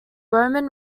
roman